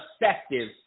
effective